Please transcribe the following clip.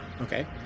Okay